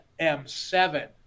M7